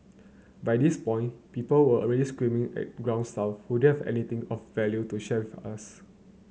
by this point people were already screaming at ground staff who have anything of value to share with us